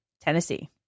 Tennessee